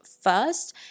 first